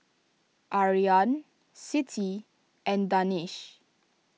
Aryan Siti and Danish